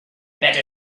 better